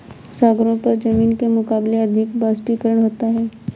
सागरों पर जमीन के मुकाबले अधिक वाष्पीकरण होता है